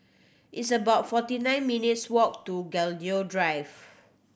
it's about forty nine minutes' walk to Gladiola Drive